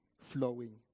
flowing